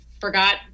forgot